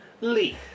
Lee